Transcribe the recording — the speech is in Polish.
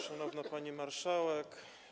Szanowna Pani Marszałek!